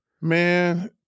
Man